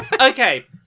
Okay